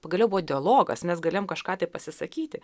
pagaliau buvo dialogas mes galėjom kažką tai pasisakyti